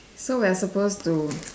so we're supposed to